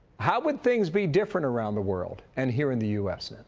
how would things be different around the world and here in the u s?